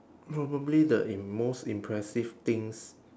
probably the im~ most impressive things